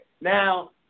Now